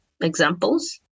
examples